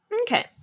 Okay